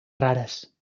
rares